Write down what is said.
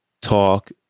talk